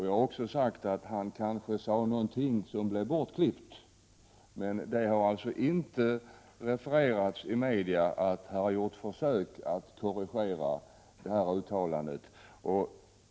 Jag har också sagt att han kanske yttrade någonting som blev bortklippt, men det har alltså inte refererats i massmedia att det har gjorts några försök att korrigera uttalandet.